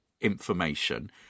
information